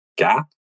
gap